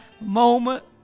moment